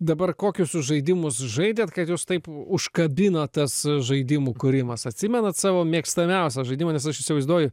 dabar kokius jūs žaidimus žaidėt kas jus taip užkabino tas žaidimų kūrimas atsimenat savo mėgstamiausią žaidimą nes aš įsivaizduoju